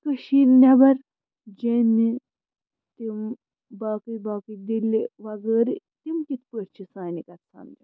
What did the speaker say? کٔشیٖرِ نٮ۪بر جیٚمہِ تِم باقٕے باقٕے دِلہِ وغٲرٕ تِم کِتھٕ پٲٹھۍ چھِ سانہِ گژھان